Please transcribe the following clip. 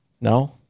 no